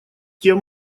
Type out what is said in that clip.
тем